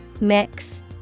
Mix